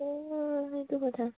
অঁ এইটো কথা